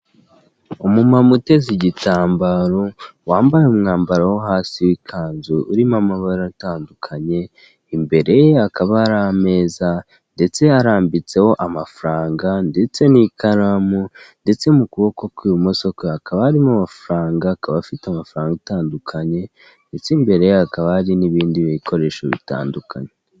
Umumama uteze igitambaro, wambaye umwambaro wo hasi w'ikanzu urimo amabara atandukanye, imbere ye hakaba hari ameza ndetse harambitseho amafaranga ndetse n'ikaramu ndetse mu kuboko kw'ibumoso kwe hakaba harimo amafaranga, akaba afite amafaranga atandukanye ndetse imbere ye hakaba hari n'ibindi bikoresho bitandukanye.